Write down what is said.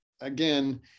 again